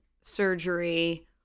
surgery